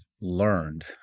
learned